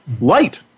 Light